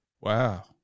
Wow